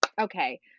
Okay